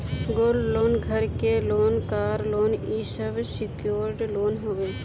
gold loan, घर के loan, car loan इ सब सिक्योर्ड लोन हवे